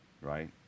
Right